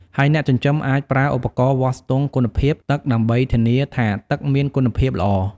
ហើយអ្នកចិញ្ចឹមអាចប្រើឧបករណ៍វាស់ស្ទង់គុណភាពទឹកដើម្បីធានាថាទឹកមានគុណភាពល្អ។